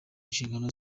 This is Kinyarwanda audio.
nshingano